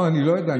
לא, אני לא יודע.